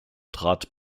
trat